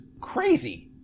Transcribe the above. crazy